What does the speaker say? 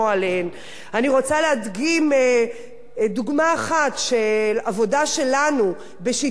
אני רוצה להדגים דוגמה אחת של עבודה שלנו בשיתוף התקשורת,